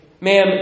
Ma'am